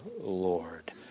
Lord